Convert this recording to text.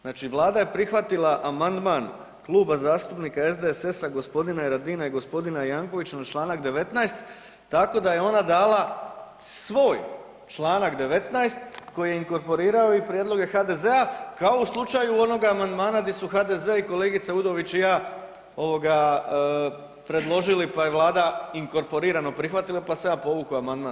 Znači Vlada je prihvatila amandman Kluba zastupnika SDSS-a, gospodina Radina i gospodina Jankovića na Članak 19. tako da je ona dala svoj Članak 19. koji je inkorporirao i prijedloge HDZ-a kao u slučaju onog amandmana gdje su HDZ i kolega Udović i ja ovoga predložili pa je Vlada inkorporirano prihvatila pa sam ja povukao amandman.